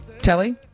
Telly